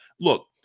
Look